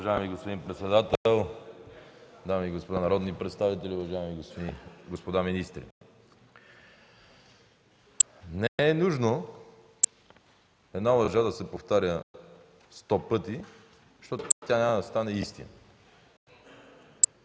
Уважаеми господин председател, дами и господа народни представители, уважаеми господа министри! Не е нужно една лъжа да се повтаря сто пъти, защото тя няма да стане истина.